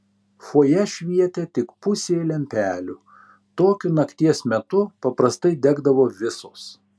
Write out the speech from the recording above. fojė švietė tik pusė lempelių tokiu nakties metu paprastai degdavo visos